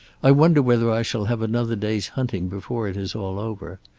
i wonder whether i shall have another day's hunting before it is all over.